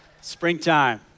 Springtime